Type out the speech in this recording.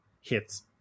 hits